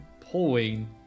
pulling